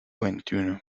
veintiuno